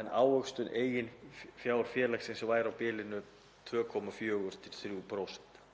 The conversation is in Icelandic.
en ávöxtun eigin fjár félagsins væri á bilinu 2,4–3%.